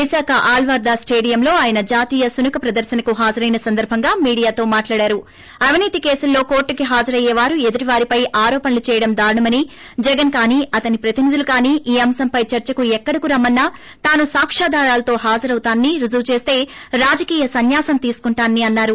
విశాఖ ఆళ్వార్దాస్ స్టేడియంలో ఆయన జాతీయ శునక ప్రదర్శనకు హాజరైన సందర్బంగా మీడియాతో మాట్లాడుతూ అవినీతి కేసుల్లో కోర్టుకి హాజరయ్యే వారు ఎదుటివారిపై ఆరోపణలు చేయడం దారుణమని జగన్ కానీ అతని ప్రతినిధులు కానీ ఈ అంశంపై చర్చకు ఎక్కడకు రమ్మన్నా తాను సాక్యాధారాలతో హాజరవుతానని రుజువుచేస్తే రాజకీయ సన్యాసం తీసుకుంటానని అన్నారు